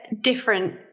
different